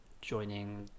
joining